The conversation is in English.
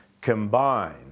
combine